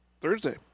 Thursday